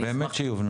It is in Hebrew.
היא באמת הובנה.